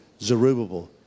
Zerubbabel